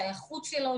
השייכות שלו,